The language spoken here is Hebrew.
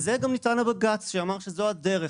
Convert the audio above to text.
ועל זה גם ניתן הבג"ץ שאמר שזו הדרך.